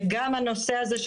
גם הנושא הזה,